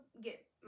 get